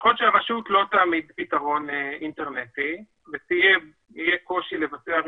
ככל שהרשות לא תעמיד פתרון אינטרנטי ויהיה קושי לבצע רישום,